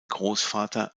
großvater